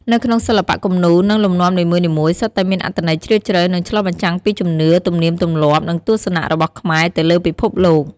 នៅក្នុងសិល្បៈគំនូរ និងលំនាំនីមួយៗសុទ្ធតែមានអត្ថន័យជ្រាលជ្រៅ និងឆ្លុះបញ្ចាំងពីជំនឿ ទំនៀមទម្លាប់ និងទស្សនៈរបស់ខ្មែរទៅលើពិភពលោក។